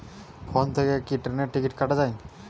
Phone থেকে কি ট্রেনের টিকিট কাটা য়ায়?